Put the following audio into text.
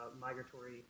migratory